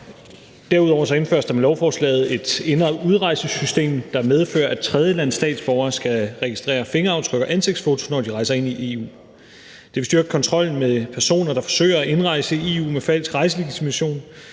Derudover indføres der med lovforslaget et ind- og udrejsesystem, der medfører, at tredjelandsstatsborgere skal registrere fingeraftryk og ansigtsfoto, når de rejser ind i EU. Det vil styrke kontrollen med personer, der forsøger at indrejse i EU med falsk rejselegitimation,